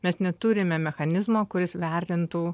mes neturime mechanizmo kuris vertintų